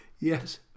yes